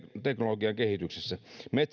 teknologiakehityksessämme